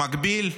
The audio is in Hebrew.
במקביל,